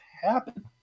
happen